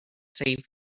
save